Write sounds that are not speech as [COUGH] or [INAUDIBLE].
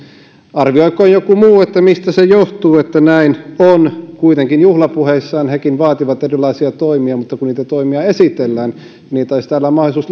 arvioikoon joku muu mistä se johtuu että näin on kuitenkin juhlapuheissaan hekin vaativat erilaisia toimia mutta kun niitä toimia esitellään kun niitä olisi täällä mahdollisuus [UNINTELLIGIBLE]